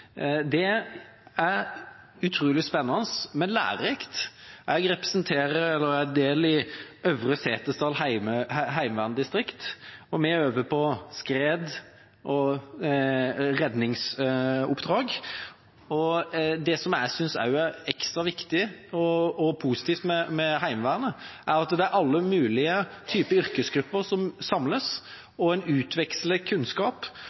Det er utrolig spennende og lærerikt. Jeg representerer Øvre Setesdal heimevernsområde. Vi øver på skred- og redningsoppdrag, og det jeg synes er ekstra viktig og positivt med Heimevernet, er at det er alle mulige typer yrkesgrupper som samles. En utveksler kunnskap